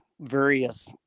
various